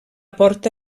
porta